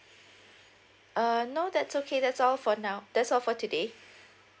err no that's okay that's all for now that's all for today